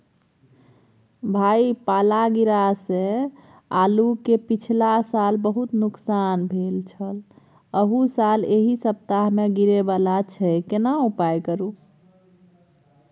भाई पाला गिरा से आलू के पिछला साल बहुत नुकसान भेल छल अहू साल एहि सप्ताह में गिरे वाला छैय केना उपाय करू?